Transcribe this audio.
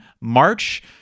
March